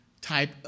type